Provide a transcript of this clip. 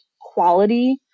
quality